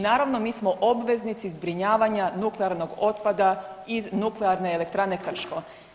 Naravno mi smo obveznici zbrinjavanja nuklearnog otpada iz Nuklearne elektrane Krško.